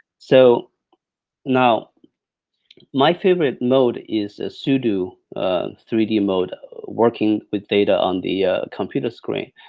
so now my favorite node is su-du three d mode working with data on the computer screen.